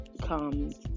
comes